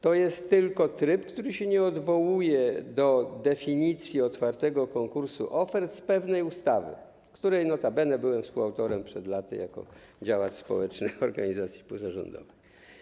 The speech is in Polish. To jest tylko tryb, który się nie odwołuje do definicji otwartego konkursu ofert z pewnej ustawy, której notabene byłem współautorem przed laty jako działacz społeczny, działacz organizacji pozarządowej.